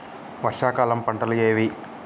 వర్షాకాలం పంటలు ఏవి?